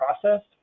process